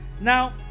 Now